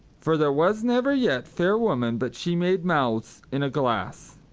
for there was never yet fair woman but she made mouths in a glass.